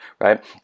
right